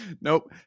Nope